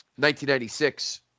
1996